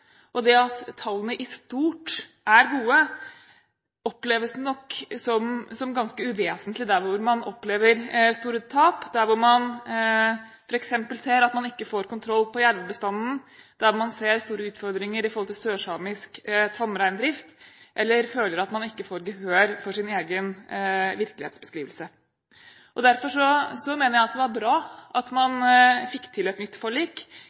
tap, der man f.eks. ser at man ikke får kontroll på jervebestanden, der man ser store utfordringer i forhold til sørsamisk tamreindrift eller føler at man ikke får gehør for sin egen virkelighetsbeskrivelse. Derfor mener jeg det er bra at man fikk til et nytt forlik.